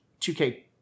2K